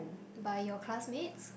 by your classmates